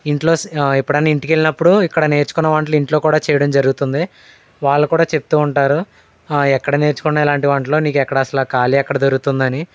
ఇంట్లో ఎప్పుడన్నా ఇంటికి వెళ్ళినప్పుడు ఇక్కడ నేర్చుకున్న వంటలు ఇంట్లో కూడా చేయడం జరుగుతుంది వాళ్ళు కూడా చెబుతూ ఉంటారు ఎక్కడ నేర్చుకుంటున్నావు ఇలాంటి వంటలు నీకు ఎక్కడ అసలు ఖాళీ ఎక్కడ దొరుకుతుందని